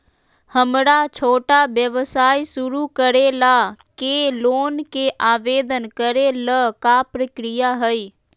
हमरा छोटा व्यवसाय शुरू करे ला के लोन के आवेदन करे ल का प्रक्रिया हई?